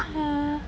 ya